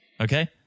Okay